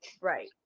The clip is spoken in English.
Right